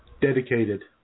Dedicated